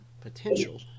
potential